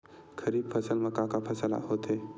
खरीफ फसल मा का का फसल होथे?